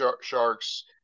sharks